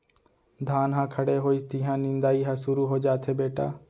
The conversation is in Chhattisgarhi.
धान ह खड़े होइस तिहॉं निंदई ह सुरू हो जाथे बेटा